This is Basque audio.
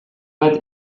bat